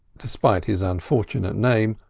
despite his unfortunate name,